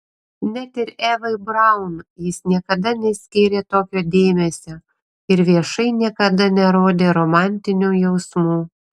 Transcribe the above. net ir evai braun jis niekada neskyrė tokio dėmesio ir viešai niekada nerodė romantinių jausmų